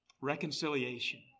Reconciliation